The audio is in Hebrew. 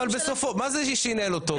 מה זה שינהל אותו?